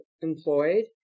employed